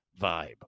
vibe